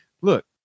look